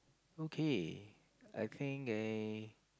okay I think eh